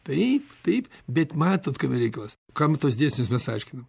taip taip bet matot kame reikalas gamtos dėsnius mes aiškinam